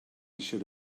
should